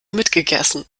mitgegessen